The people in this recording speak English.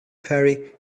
perry